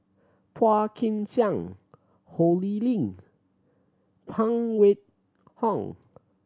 Phua Kin Siang Ho Lee Ling Phan Wait Hong